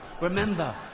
Remember